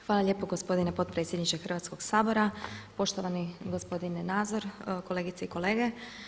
Hvala lijepo gospodine potpredsjedniče Hrvatskoga sabora, poštovani gospodine Nazor, kolegice i kolege.